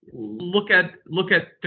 look at. look at.